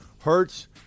Hertz